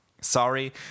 sorry